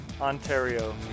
Ontario